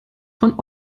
von